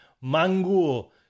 mango